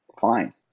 fine